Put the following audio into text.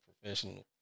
professional